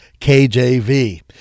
KJV